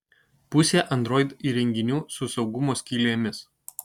pusė android įrenginių su saugumo skylėmis